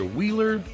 Wheeler